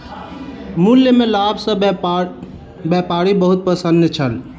मूल्य में लाभ सॅ व्यापारी बहुत प्रसन्न छल